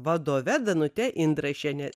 vadove danute indrašiene